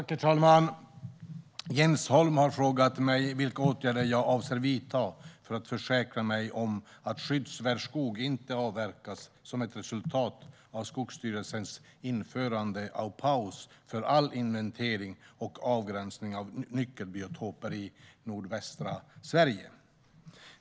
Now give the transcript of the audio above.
Herr talman! Jens Holm har frågat mig vilka åtgärder jag avser att vidta för att försäkra mig om att skyddsvärd skog inte avverkas som ett resultat av Skogsstyrelsens införande av paus för all inventering och avgränsning av nyckelbiotoper i nordvästra Sverige.